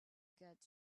got